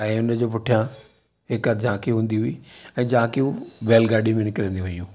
ऐं हुनजे पुठियां हिकु झाकी हूंदी हुई ऐं झाकियूं बैलगाॾी में निकिरंदी हुयूं